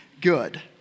good